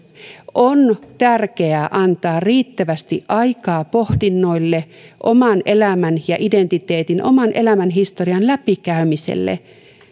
on tärkeää antaa riittävästi aikaa pohdinnoille oman elämän ja identiteetin oman elämänhistorian läpikäymiselle